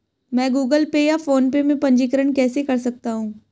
मैं Google Pay या PhonePe में पंजीकरण कैसे कर सकता हूँ?